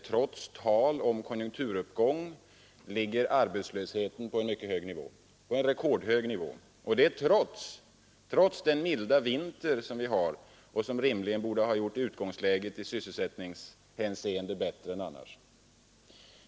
Trots talet om en konjunkturuppgång ligger arbetslösheten på en rekordhög nivå, och detta trots den milda vintern, som rimligen borde ha gjort utgångsläget bättre än annars i sysselsättningshänseende.